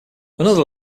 another